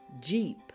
jeep